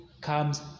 comes